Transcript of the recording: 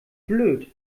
blöd